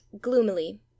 gloomily